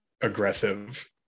aggressive